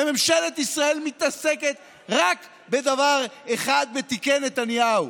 וממשלת ישראל מתעסקת רק בדבר אחד: בתיקי נתניהו.